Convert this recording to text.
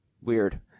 Weird